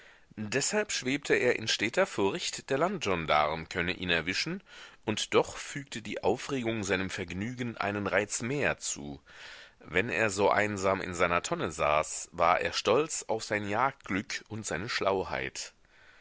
deshalb schwebte er in steter furcht der landgendarm könne ihn erwischen und doch fügte die aufregung seinem vergnügen einen reiz mehr zu wenn er so einsam in seiner tonne saß war er stolz auf sein jagdglück und seine